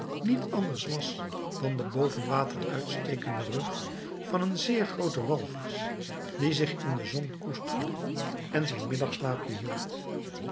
niet anders was dan de bovenwater uitstekende rug van een zeer grooten walvisch die zich in de zon koesterde en zijn middagslaapje hield